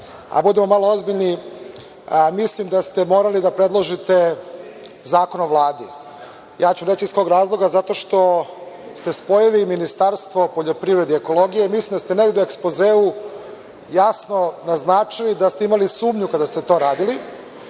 stvar. Budimo malo ozbiljni, mislim da ste morali da predložite zakon o Vladi. Ja ću reći iz kog razloga – zato što ste spojili Ministarstvo poljoprivrede i ekologije. Mislim da ste negde u ekspozeu jasno naznačili da ste imali sumnju kada ste to radili,